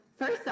First